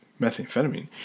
methamphetamine